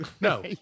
No